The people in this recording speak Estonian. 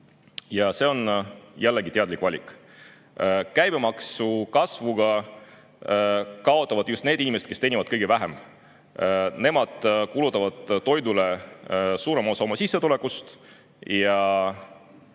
See on jällegi teadlik valik. Käibemaksu kasvuga kaotavad just need inimesed, kes teenivad kõige vähem. Nemad kulutavad toidule suurema osa oma sissetulekust